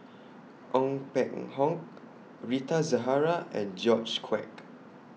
Ong Peng Hock Rita Zahara and George Quek